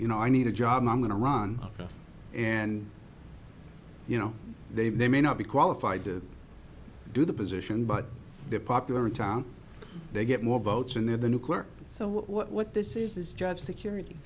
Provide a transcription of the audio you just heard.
you know i need a job i'm going to run and you know they they may not be qualified to do the position but they're popular in town they get more votes and they're the new clerk so what this is is just security